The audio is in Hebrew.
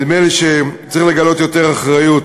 נדמה לי שצריך לגלות יותר אחריות.